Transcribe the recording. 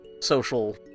social